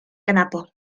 kanapo